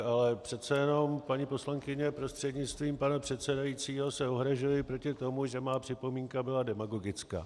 Ale přece jenom, paní poslankyně prostřednictvím pana předsedajícího, se ohrazuji proti tomu, že má připomínka byla demagogická.